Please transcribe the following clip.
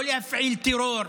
לא להפעיל טרור.